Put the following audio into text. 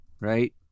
Right